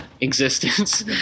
existence